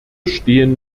stehen